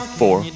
four